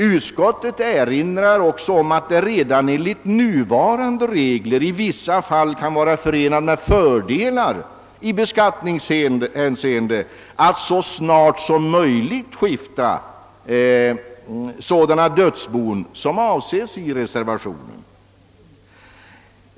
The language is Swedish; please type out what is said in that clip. Utskottet erinrar om att det redan enligt nuvarande regler i vissa fall kan vara förenat med fördelar i beskattningshänseende att så snart som möjligt skifta sådana dödsbon som avses i reservationen.